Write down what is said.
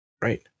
Right